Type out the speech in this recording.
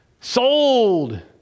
Sold